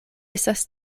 estas